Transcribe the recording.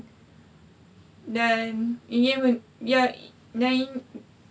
dan ingin dia yang ingin